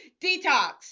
Detox